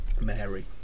Mary